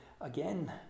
again